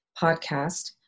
podcast